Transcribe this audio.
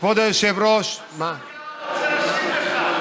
קרא רוצה להשיב לך.